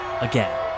again